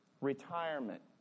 Retirement